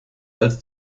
als